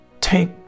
take